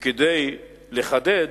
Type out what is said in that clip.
וכדי לחדד,